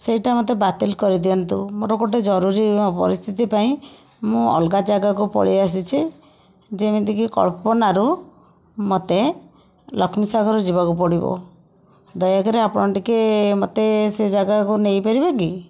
ସେଇଟା ମୋତେ ବାତିଲ କରିଦିଅନ୍ତୁ ମୋର ଗୋଟେ ଜରୁରୀ ପରିସ୍ଥିତି ପାଇଁ ମୁଁ ଅଲଗା ଜାଗାକୁ ପଳାଇଆସିଛି ଯେମିତିକି କଳ୍ପନାରୁ ମୋତେ ଲଷ୍ମୀସାଗର ଯିବାକୁ ପଡ଼ିବ ଦୟାକରି ଆପଣ ଟିକେ ମୋତେ ସେ ଜାଗାକୁ ନେଇପାରିବେ କି